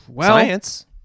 science